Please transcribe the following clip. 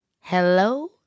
Hello